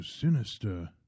sinister